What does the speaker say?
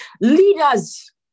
Leaders